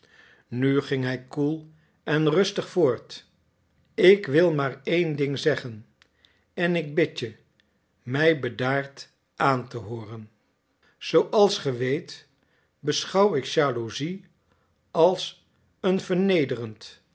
nu ging hij koel en rustig voort ik wil maar één ding zeggen en ik bid je mij bedaard aan te hooren zooals ge weet beschouw ik jaloezie als een vernederend